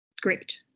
great